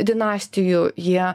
dinastijų jie